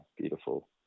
beautiful